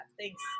thanks